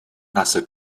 nasse